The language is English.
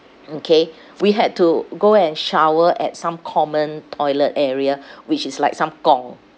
okay we had to go and shower at some common toilet area which is like some gong